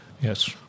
Yes